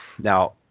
Now